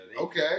Okay